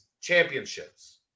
championships